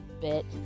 bit